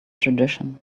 tradition